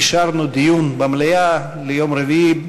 אישרנו דיון במליאה ביום רביעי,